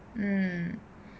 mm